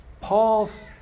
Paul's